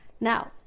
Now